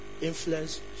Influence